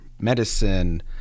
medicine